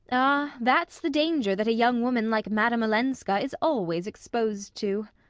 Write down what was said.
ah, that's the danger that a young woman like madame olenska is always exposed to,